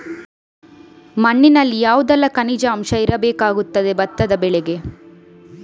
ಮಣ್ಣಿನಲ್ಲಿ ಯಾವುದೆಲ್ಲ ಖನಿಜ ಅಂಶ ಇರಬೇಕಾಗುತ್ತದೆ ಭತ್ತದ ಬೆಳೆಗೆ?